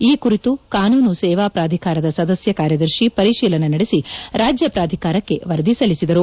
ಈ ಕುರಿತು ಕನೂನು ಸೇವಾ ಪ್ರಾಧಿಕಾರದ ಸದಸ್ಯ ಕಾರ್ಯದರ್ಶಿ ಪರಿಶೀಲನೆ ನಡೆಸಿ ರಾಜ್ಯ ಪ್ರಾಧಿಕಾರಕ್ಕೆ ವರದಿ ಸಲ್ಲಿಸಿದರು